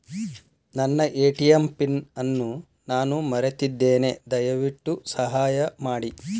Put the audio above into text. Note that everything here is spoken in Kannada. ನನ್ನ ಎ.ಟಿ.ಎಂ ಪಿನ್ ಅನ್ನು ನಾನು ಮರೆತಿದ್ದೇನೆ, ದಯವಿಟ್ಟು ಸಹಾಯ ಮಾಡಿ